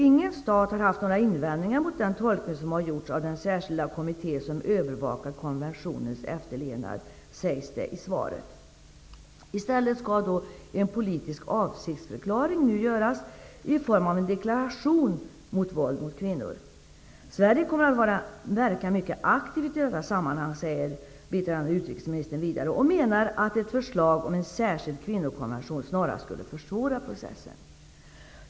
Ingen stat har haft några invändningar mot den tolkning som har gjorts av den särskilda kommitté som övervakar konventionens efterlevnad, sägs det i svaret. I stället skall en politisk avsiktsförklaring nu göras i form av en deklaration mot våld mot kvinnor. Sverige kommer att verka mycket aktivt i detta sammanhang, säger biträdande utrikesministern vidare. Han menar att ett förslag om en särskild kvinnokonvention snarast skulle försvåra processen.